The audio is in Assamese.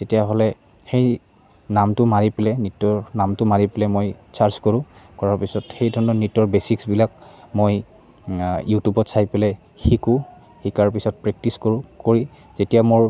তেতিয়াহ'লে সেই নামটো মাৰি পেলাই নৃত্যৰ নামটো মাৰি পেলাই মই চাৰ্চ কৰোঁ কৰাৰ পিছত সেই ধৰণৰ নৃত্যৰ বেচিক্সবিলাক মই ইউটিউবত চাই পেলাই শিকোঁ শিকাৰ পিছত প্ৰেক্টিচ কৰোঁ কৰি যেতিয়া মোৰ